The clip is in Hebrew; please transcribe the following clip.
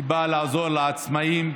שבאה לעזור לעצמאים.